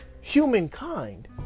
humankind